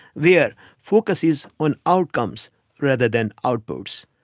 where focus is on outcomes rather than outputs.